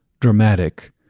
dramatic